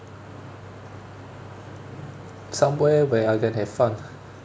somewhere where I can have fun